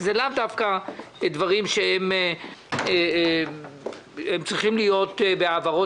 לאו דווקא דברים שצריכים להיות בהעברות